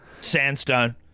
Sandstone